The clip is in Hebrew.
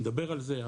נדבר על זה,